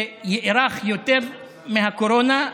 שיארך יותר מהקורונה,